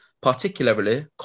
particularly